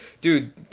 Dude